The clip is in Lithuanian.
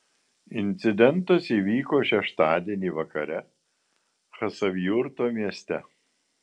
incidentas įvyko šeštadienį vakare chasavjurto mieste